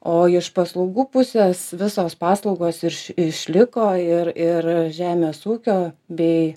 o iš paslaugų pusės visos paslaugos irš išliko ir ir žemės ūkio bei